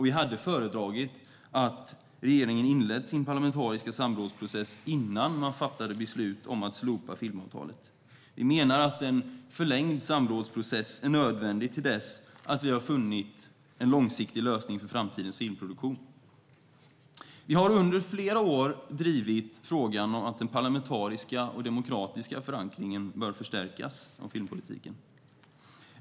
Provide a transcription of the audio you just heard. Vi hade föredragit att regeringen inlett sin parlamentariska samrådsprocess innan man fattade beslut om att slopa filmavtalet. Vi menar att en förlängd samrådsprocess är nödvändig till dess att vi har funnit en långsiktig lösning för framtidens filmproduktion. Vi har under flera år drivit frågan att filmpolitikens parlamentariska och demokratiska förankring bör förstärkas.